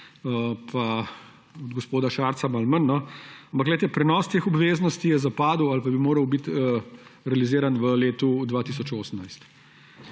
pa od gospoda Šarca malo manj. Ampak glejte, prenos teh obveznosti je zapadel ali pa bi moral biti realiziran v letu 2018,